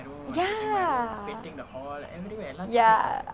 ya ya